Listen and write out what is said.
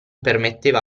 permetteva